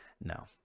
No